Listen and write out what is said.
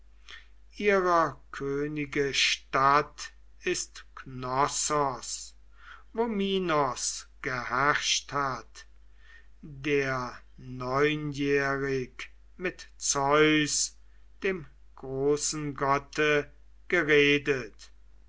ihrer könige stadt ist knossos wo minos geherrscht hat der neunjährig mit zeus dem großen gotte geredet